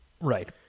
Right